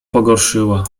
pogorszyła